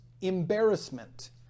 embarrassment